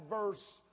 verse